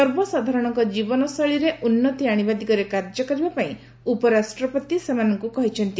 ସର୍ବସାଧାରଣଙ୍କ ଜୀବନ ଶୈଳୀରେ ଉନ୍ନତି ଆଣିବା ଦିଗରେ କାର୍ଯ୍ୟ କରିବା ପାଇଁ ଉପରାଷ୍ଟ୍ରପତି ସେମାନଙ୍କ କହିଛନ୍ତି